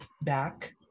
back